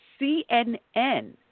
CNN